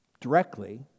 directly